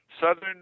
Southern